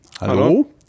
Hallo